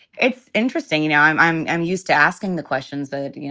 it's interesting. now, i'm i'm i'm used to asking the questions that, yeah